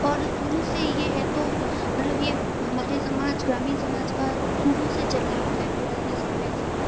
और शुरु से ये है तो मतलब ये हमारे समाज ग्रामीण समाज का शुरु से चला आ रहा है पुराने समय से